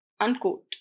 unquote